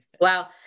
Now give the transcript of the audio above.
Wow